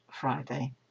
Friday